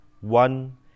one